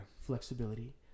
flexibility